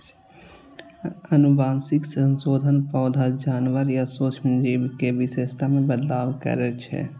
आनुवंशिक संशोधन पौधा, जानवर या सूक्ष्म जीव के विशेषता मे बदलाव करै छै